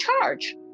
charge